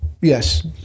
Yes